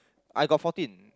I got fourteen